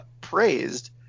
praised